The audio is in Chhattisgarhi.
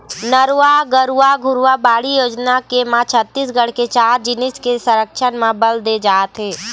नरूवा, गरूवा, घुरूवा, बाड़ी योजना के म छत्तीसगढ़ के चार जिनिस के संरक्छन म बल दे जात हे